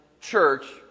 church